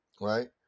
right